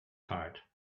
heart